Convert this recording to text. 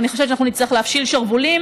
ואני חושבת שאנחנו נצטרך להפשיל שרוולים